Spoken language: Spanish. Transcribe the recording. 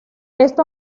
esto